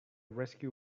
rescue